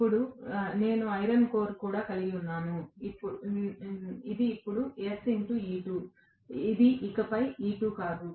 ఇప్పుడు నేను iron core కూడా కలిగి ఉండబోతున్నాను ఇది ఇప్పుడు sE2 ఇది ఇకపై E2 కాదు